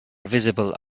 visible